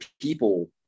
people